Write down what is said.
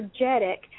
energetic